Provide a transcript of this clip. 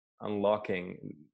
unlocking